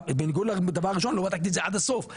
בניגוד לדבר ראשון לא באתי להגיד את זה עד הסוף,